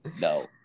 No